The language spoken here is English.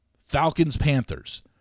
Falcons-Panthers